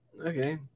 okay